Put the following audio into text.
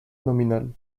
nominal